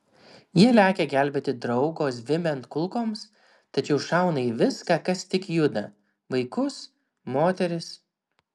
jie lekia gelbėti draugo zvimbiant kulkoms tačiau šauna į viską kas tik juda vaikus moteris